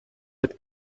mit